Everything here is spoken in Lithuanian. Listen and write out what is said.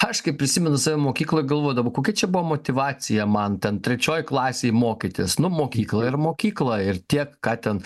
aš kai prisimenu save mokykloj galvodavau kokia čia buvo motyvacija man ten trečioj klasėj mokytis nu mokykla yra mokykla ir tiek ką ten